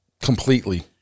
completely